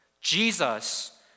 Jesus